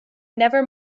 never